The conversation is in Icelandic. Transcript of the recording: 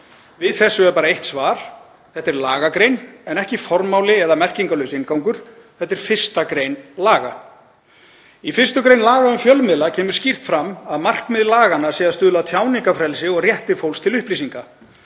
Við þessu er bara eitt svar: Þetta er lagagrein en ekki formáli eða merkingarlaus inngangur. Þetta er 1. gr. laga. Í 1. gr. laga um fjölmiðla kemur skýrt fram að markmið laganna sé að stuðla að tjáningarfrelsi og rétti fólks til upplýsinga.